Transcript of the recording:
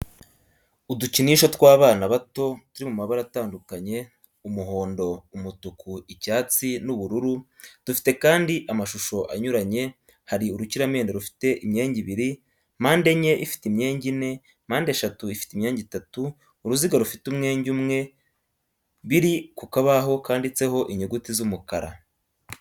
Udukinisho tw'abana bato turi mu mabara atandukanye umuhondo, umutuku, icyatsi, n'ubururu dufite kandi amashusho anyuranye hari urukiramende rufite imyenge ibiri, mpandenye ifite imyenge ine, mpandeshatu ifite imyenge itatu, uruziga rufite umwenge umwe, biri ku kabaho kanditseho inyuguti z'umukara.